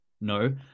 No